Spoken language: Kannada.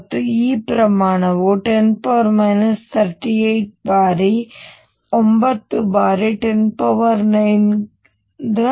ಮತ್ತು ಈ ಪ್ರಮಾಣವು 10 38 ಬಾರಿ 9 ಬಾರಿ 109 ರ ಕ್ರಮವಾಗಿದೆ